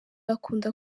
akunda